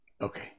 Okay